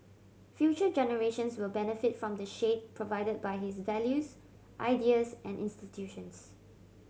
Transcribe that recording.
future generations will benefit from the shade provided by his values ideas and institutions